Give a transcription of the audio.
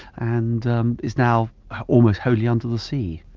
and is now almost wholly under the sea.